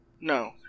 No